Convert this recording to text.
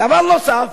דבר נוסף,